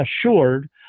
assured